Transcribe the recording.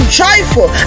joyful